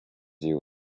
you